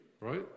Right